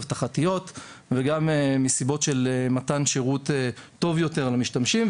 אבטחה וגם מסיבות של מתן שירות טוב יותר למשתמשים,